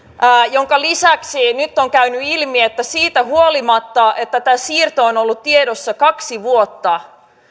minkä lisäksi nyt on käynyt ilmi että siitä huolimatta että tämä siirto on ollut tiedossa kaksi vuotta